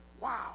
Wow